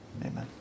Amen